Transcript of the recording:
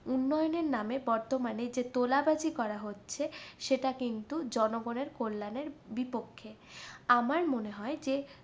উন্নয়নের নামে বর্তমানে যে তোলাবাজি করা হচ্ছে সেটা কিন্তু জনগণের কল্যাণের বিপক্ষে আমার মনে হয় যে